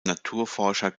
naturforscher